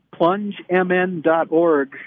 PlungeMN.org